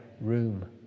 room